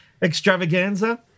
Extravaganza